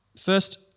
First